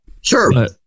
Sure